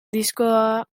diskoa